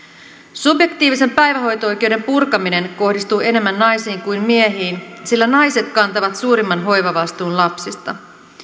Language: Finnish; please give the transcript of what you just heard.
subjektiivisen päivähoito oikeuden purkaminen kohdistuu enemmän naisiin kuin miehiin sillä naiset kantavat suurimman hoivavastuun lapsista